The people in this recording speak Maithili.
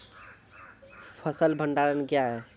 फसल भंडारण क्या हैं?